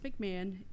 McMahon